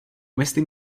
myslím